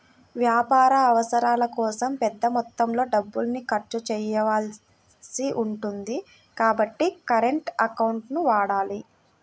వ్యాపార అవసరాల కోసం పెద్ద మొత్తంలో డబ్బుల్ని ఖర్చు చేయాల్సి ఉంటుంది కాబట్టి కరెంట్ అకౌంట్లను వాడాలి